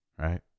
right